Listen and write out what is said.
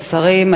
השרים,